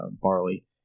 barley